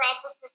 proper